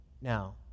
Now